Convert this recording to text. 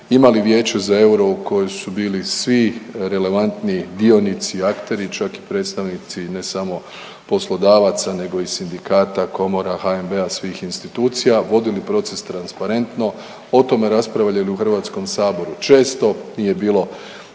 imali vijeće za euro u kojoj su bili svi relevantni dionici, akteri čak i predstavnici ne samo poslodavaca nego i sindikata, komora, HNB-a, svih institucija vodili proces transparentno, o tome raspravljali u HS-u često. Nije bilo